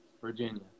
Virginia